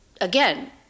again